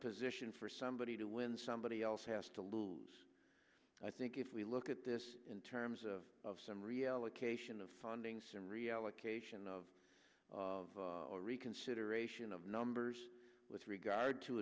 position for somebody to when somebody else has to lose i think if we look at this in terms of of some reallocation of funding some reallocation of of a reconsideration of numbers with regard to